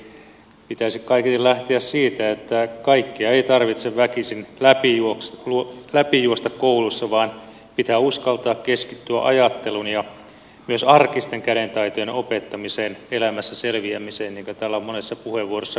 eli pitäisi kaiketi lähteä siitä että kaikkea ei tarvitse väkisin läpijuosta kouluissa vaan pitää uskaltaa keskittyä ajatteluun ja myös arkisten kädentaitojen opettamiseen elämässä selviämiseen niin kuin täällä on monessa puheenvuorossa korostettu